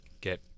get